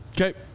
Okay